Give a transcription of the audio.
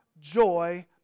joy